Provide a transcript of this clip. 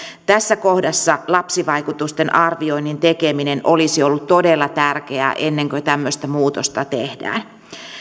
tässä kohdassa lapsivaikutusten arvioinnin tekeminen olisi ollut todella tärkeää ennen kuin tämmöistä muutosta tehdään